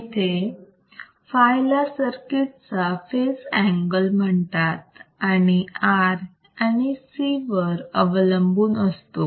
सहजपणे फाय ला सर्किट चा फेज अँगल म्हणतात आणि हा R आणि C व अवलंबून असतो